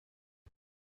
este